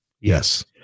Yes